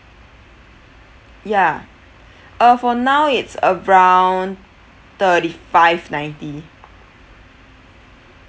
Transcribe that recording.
ya uh for now it's around thirty five ninety